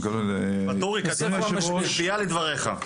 ואטורי, מחכה בציפייה לדבריך.